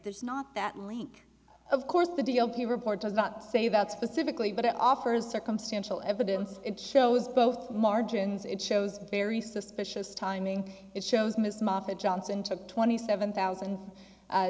re's not that link of course the d l p report does not say about specifically but it offers circumstantial evidence it shows both margins it shows very suspicious timing it shows mr moffat johnson took twenty seven thousand